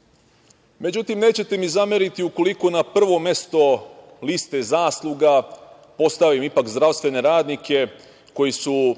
statusa.Međutim, nećete mi zameriti ukoliko na prvo mesto liste zasluga postavim ipak zdravstvene radnike koji su